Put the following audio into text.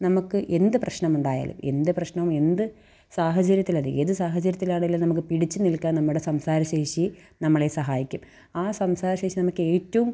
നമുക്ക് എന്ത് പ്രശ്നമുണ്ടായാലും എന്ത് പ്രശ്നവും എന്ത് സാഹചര്യത്തിലത് ഏത് സാഹചര്യത്തിലാണേലും നമുക്ക് പിടിച്ച് നിൽക്കാൻ നമ്മുടെ സംസാര ശേഷി നമ്മളെ സഹായിക്കും ആ സംസാര ശേഷി നമുക്കേറ്റവും